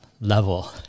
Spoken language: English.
level